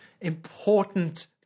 important